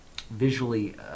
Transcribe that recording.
visually